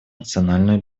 национальную